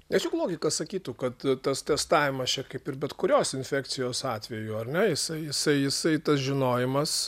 nes juk logika sakytų kad tas testavimas čia kaip ir bet kurios infekcijos atveju ar ne jisai jisai jisai tas žinojimas